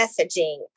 messaging